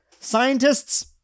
Scientists